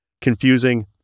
Confusing